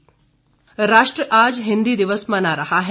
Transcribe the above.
हिंदी दिवस राष्ट्र आज हिंदी दिवस मना रहा है